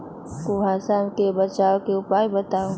कुहासा से बचाव के उपाय बताऊ?